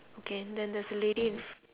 okay then there's a lady in